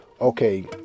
okay